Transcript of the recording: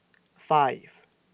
five